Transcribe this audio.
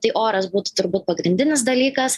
tai oras būtų turbūt pagrindinis dalykas